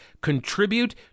contribute